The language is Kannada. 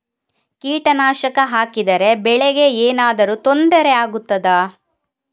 ಕೀಟನಾಶಕ ಹಾಕಿದರೆ ಬೆಳೆಗೆ ಏನಾದರೂ ತೊಂದರೆ ಆಗುತ್ತದಾ?